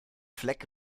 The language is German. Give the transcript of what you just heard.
fleck